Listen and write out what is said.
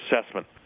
assessment